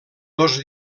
dos